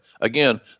again